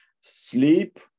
sleep